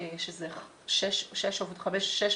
שזה שש עובדות,